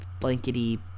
blankety